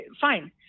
fine